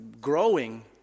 growing